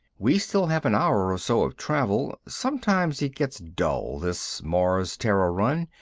we still have an hour or so of travel. sometimes it gets dull, this mars-terra run.